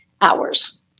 hours